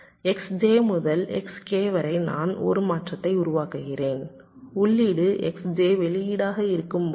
Xj முதல் Xk வரை நான் ஒரு மாற்றத்தை உருவாக்குகிறேன் உள்ளீடு Xj வெளியீடாக இருக்கும்போது